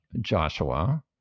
Joshua